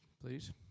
please